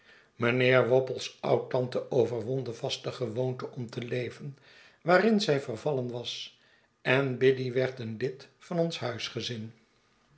mijnheer wopsle's oudtante overwon de vaste gewoonte om te leven waarin zij vervallen was en biddy werd een lid van ons